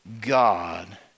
God